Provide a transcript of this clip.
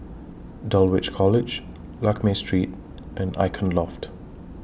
Dulwich College Lakme Street and Icon Loft